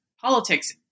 politics